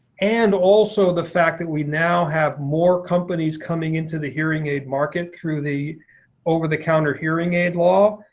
and also the fact that we now have more companies coming into the hearing aid market through the over the counter hearing aid law,